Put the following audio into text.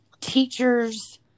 teachers